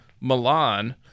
Milan